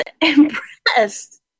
impressed